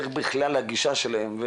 איך בכלל הגישה שלהם.